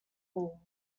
hall